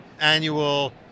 annual